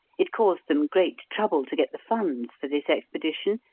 it caused them great trouble to get the funds for this expedition,